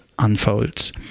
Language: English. unfolds